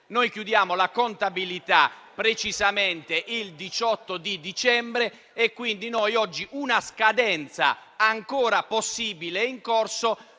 Noi chiudiamo la contabilità precisamente il 18 dicembre e, quindi, con una scadenza ancora possibile e in corso,